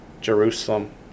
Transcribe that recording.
Jerusalem